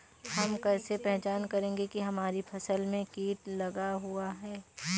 हम कैसे पहचान करेंगे की हमारी फसल में कीट लगा हुआ है?